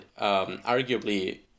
arguably